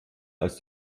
aus